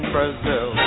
Brazil